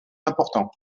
important